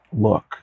look